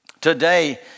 Today